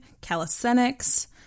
calisthenics